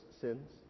sins